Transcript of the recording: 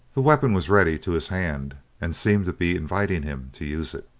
the weapon was ready to his hand, and seemed to be inviting him to use it.